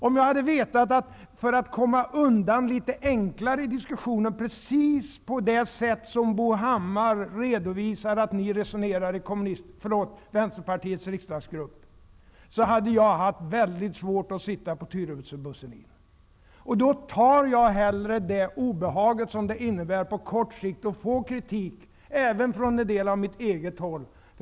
Om jag hade försökt att komma undan litet enklare i diskussionen, precis på det sätt som Bo Hammar redovisar att ni resonerade i Vänsterpartiets riksdagsgrupp, hade jag haft det svårt att sitta på Då tar jag hellre det obehag som det innebär på kort sikt att få kritik, till en del även från mitt eget håll.